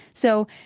so,